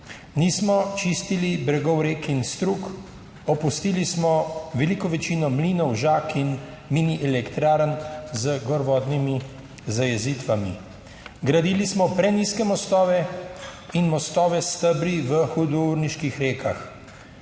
nismo čistili bregov rek in strug, opustili smo veliko večino mlinov, žag in mini elektrarn z gorvodnimi zajezitvami, gradili smo prenizke mostove in mostove s stebri v hudourniških rekah.